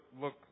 look